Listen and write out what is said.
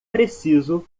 preciso